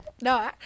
No